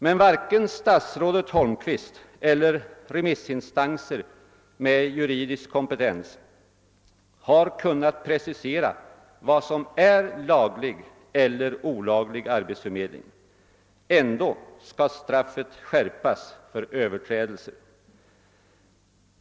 Men varken siatsrådet Holmqvist elier remissinstanser med juridisk kompetens har kunnat precisera vad som är laglig respektive olaglig arbetsförmedling. Ändå skal straffet skärpas för överträde'ser.